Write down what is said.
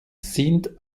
sind